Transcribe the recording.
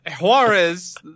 Juarez